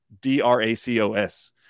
D-R-A-C-O-S